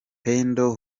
pendo